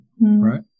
Right